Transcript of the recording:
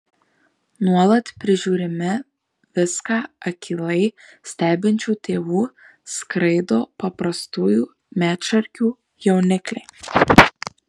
nuolat prižiūrimi viską akylai stebinčių tėvų skraido paprastųjų medšarkių jaunikliai